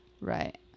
right